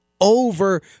over